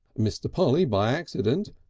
mr. polly, by accident,